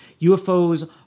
UFOs